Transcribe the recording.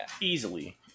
Easily